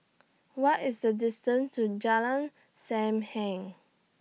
What IS The distance to Jalan SAM Heng